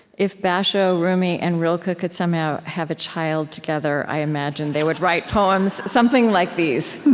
if basho, rumi, and rilke could somehow have a child together, i imagine they would write poems something like these.